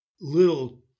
little